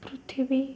ପୃଥିବୀ